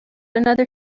another